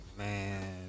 Man